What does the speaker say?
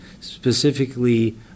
specifically